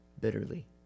bitterly